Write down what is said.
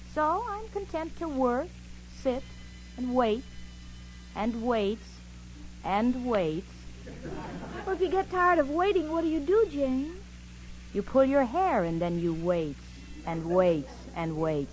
song content to work fit and wait and wait and wait till he got tired of waiting what do you do j you pull your hair and then you wait and wait and wait